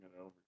over